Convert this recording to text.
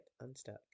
unstuck